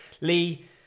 Lee